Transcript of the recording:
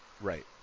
right